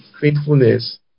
faithfulness